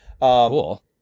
Cool